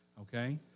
Okay